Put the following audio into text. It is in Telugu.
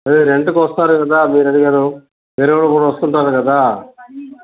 అదే రెంటుకోస్తారు కదా మీరు అడిగారు వేరే వాళ్ళు కూడా వస్తుంటారు కదా